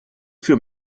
für